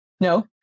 no